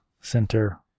center